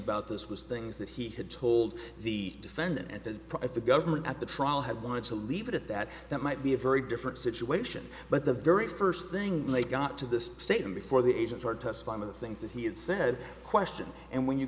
about this was things that he had told the defendant at the at the government at the trial had wanted to leave it at that that might be a very different situation but the very first thing they got to this state and before the agents are testifying of the things that he had said question and when you